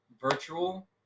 Virtual